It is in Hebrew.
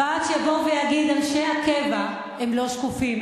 ועד שיבוא ויגיד: אנשי הקבע הם לא שקופים,